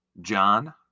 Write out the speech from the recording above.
John